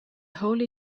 holy